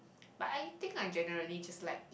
but I think I generally just like eat